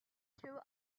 true